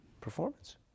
Performance